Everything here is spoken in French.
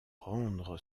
rendre